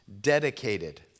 dedicated